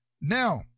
Now